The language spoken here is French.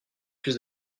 plus